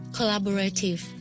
collaborative